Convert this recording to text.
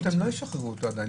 --- הם לא ישחררו אותו עדיין,